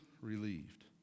relieved